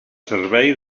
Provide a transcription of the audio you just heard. servei